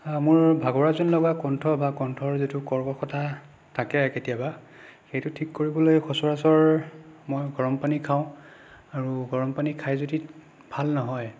মোৰ ভাগৰা যেন লগা কণ্ঠ বা কণ্ঠৰ যিটো কৰ্কশতা থাকে কেতিয়াবা সেইটো ঠিক কৰিবলৈ সচৰাচৰ মই গৰম পানী খাওঁ আৰু গৰম পানী খাই যদি ভাল নহয়